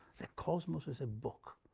the cosmos as a book.